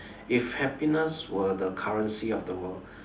if happiness were the currency of the world